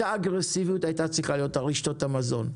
אותה אגרסיביות הייתה צריכה להיות על רשתות המזון,